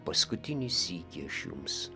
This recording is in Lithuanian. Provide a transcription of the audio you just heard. paskutinį sykį aš jums